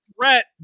threat